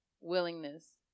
willingness